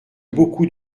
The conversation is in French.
beaucoup